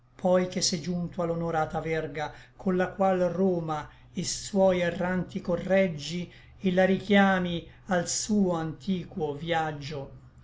poi che se giunto a l'onorata verga colla qual roma et i suoi erranti correggi et la richiami al suo antiquo vïaggio